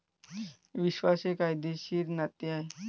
विश्वास हे कायदेशीर नाते आहे